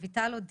רויטל או דינה?